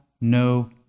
no